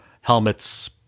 helmets